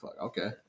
Okay